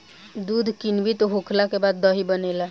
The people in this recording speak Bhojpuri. दूध किण्वित होखला के बाद दही बनेला